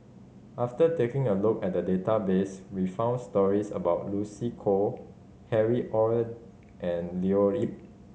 after taking a look at the database we found stories about Lucy Koh Harry Ord and Leo Yip